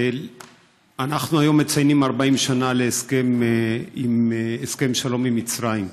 אנחנו מציינים היום 40 שנה להסכם השלום עם מצרים.